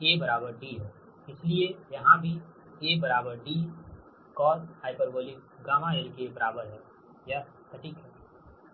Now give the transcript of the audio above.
A D है इसलिए यहां भी AD cosh γl के बराबर है यह सटीक है